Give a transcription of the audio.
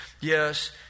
yes